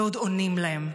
ועוד עונים להם.